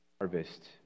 harvest